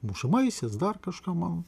mušamaisiais dar kažką man